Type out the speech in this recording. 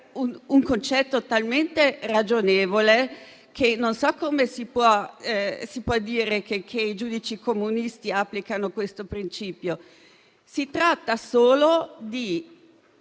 un concetto talmente ragionevole che non so come si possa dire che i giudici comunisti applicano questo principio. Si tratta solo di